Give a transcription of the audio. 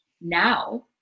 now